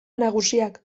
nagusiak